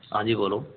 हाँ जी बोलो